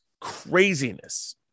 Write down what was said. craziness